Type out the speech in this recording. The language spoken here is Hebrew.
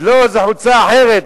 לא, זאת חולצה אחרת.